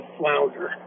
flounder